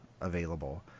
available